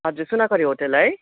हजुर सुनाखरी होटेल है